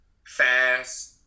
fast